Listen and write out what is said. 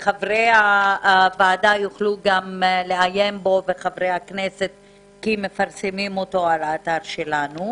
וחברי הוועדה וחברי הכנסת יוכלו לעיין בו כי מפרסמים אותו באתר שלנו.